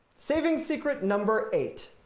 savings secret number eight,